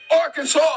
Arkansas